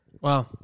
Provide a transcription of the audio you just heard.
Wow